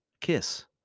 Kiss